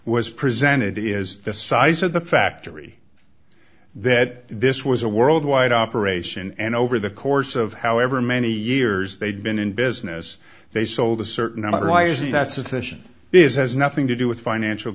was presented is the size of the factory that this was a worldwide operation and over the course of however many years they've been in business they sold a certain number why is that sufficient this has nothing to do with financial